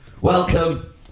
Welcome